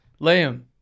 Liam